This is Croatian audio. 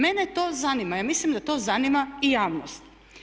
Mene to zanima, ja mislim da to zanima i javnost.